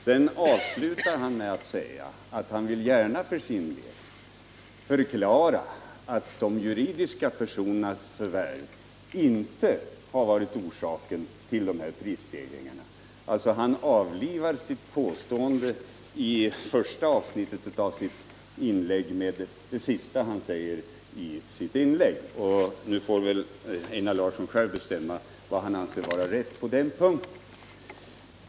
Sedan avslutar han med att säga att han för sin del gärna förklarar att de juridiska personernas förvärv inte varit orsaken till de här prisstegringarna. Han avlivar sitt påstående i första avsnittet av inlägget med det han avslutar sitt inlägg med. Einar Larsson får väl nu bestämma sig för vad han anser vara rätt på den här punkten.